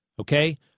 Okay